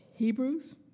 Hebrews